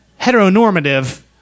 heteronormative